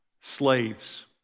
slaves